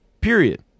Period